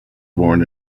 born